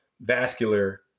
vascular